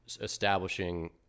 establishing